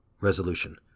Resolution